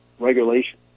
regulation